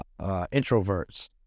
introverts